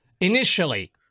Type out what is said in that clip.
initially